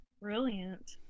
brilliant